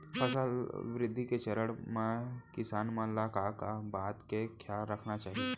फसल वृद्धि के चरण म किसान मन ला का का बात के खयाल रखना चाही?